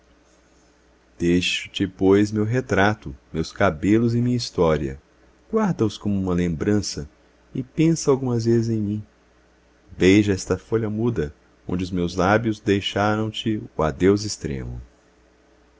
deixo-te pois meu retrato meus cabelos e minha história guarda os como uma lembrança e pensa algumas vezes em mim beija esta folha muda onde os meus lábios deixaram te o adeus extremo